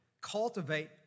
cultivate